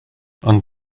ond